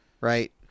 Right